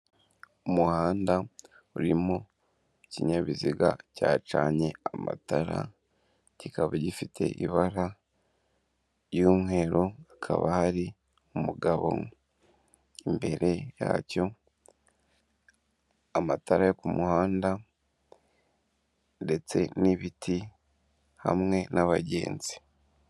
Umuhanda urimo kinyabiziga cyacanye amatara, kikaba gifite ibara ry'umweru, hakaba hari umugabo imbere yacyo, amatara yo ku muhanda ndetse n'ibiti hamwe n'abagenzi.